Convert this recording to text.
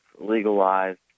legalized